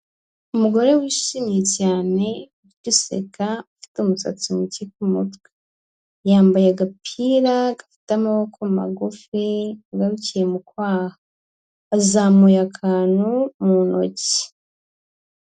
Umugore wishimye cyane uri guseka afite umusatsi muke ku mutwe, yambaye agapira gafite amaboko magufi agarukiye mu kwaha, azamuye akantu mu ntoki.